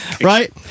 Right